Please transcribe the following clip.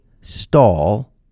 stall